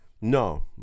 No